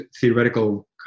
theoretical